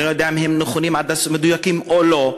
ואני לא יודע אם הם נכונים ומדויקים או לא,